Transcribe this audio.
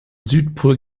südpol